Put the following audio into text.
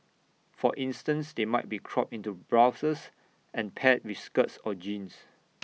for instance they might be cropped into blouses and paired with skirts or jeans